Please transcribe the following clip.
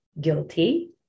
guilty